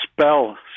spell